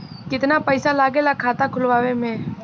कितना पैसा लागेला खाता खोलवावे में?